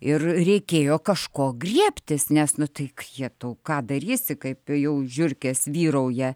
ir reikėjo kažko griebtis nes nu tai jetau ką darysi kaip jau žiurkės vyrauja